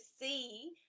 see